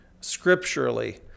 scripturally